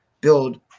build –